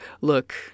look